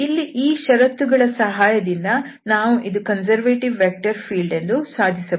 ಇಲ್ಲಿ ಈ ಶರತ್ತುಗಳ ಸಹಾಯದಿಂದ ನಾವು ಇದು ಕನ್ಸರ್ವೇಟಿವ್ ವೆಕ್ಟರ್ ಫೀಲ್ಡ್ ಎಂದು ಸಾಧಿಸಬಹುದು